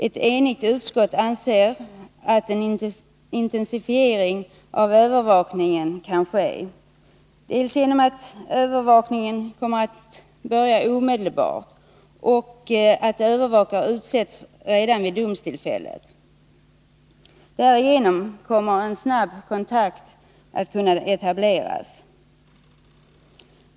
Ett enigt utskott anser att en intensifiering av övervakningen kan ske genom att övervakningen börjar omedelbart och att övervakare utses redan vid domstillfället. Därigenom kan kontakt snabbt etableras.